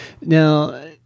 Now